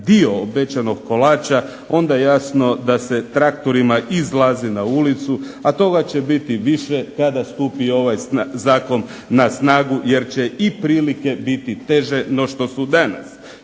dio obećanog kolača onda jasno da se traktorima izlazi na ulicu, a toga će biti više kada stupi ovaj zakon na snagu, jer će i prilike biti teže no što su danas.